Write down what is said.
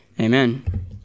Amen